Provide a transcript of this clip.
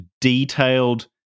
detailed